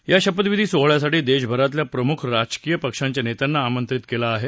या शपथविधी सोहळ्यासाठी देशभरातल्या प्रमुख राजकीय पक्षांच्या नेत्यांना आमंत्रित केलं आहे